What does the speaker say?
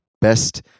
best